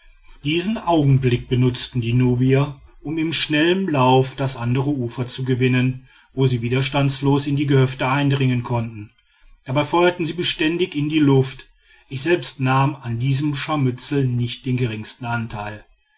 diesen augenblick benutzten die nubier um in schnellem lauf das andere ufer zu gewinnen wo sie widerstandslos in die gehöfte eindringen konnten dabei feuerten sie beständig in die luft ich selbst nahm an diesem scharmützel nicht den geringsten anteil